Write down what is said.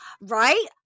Right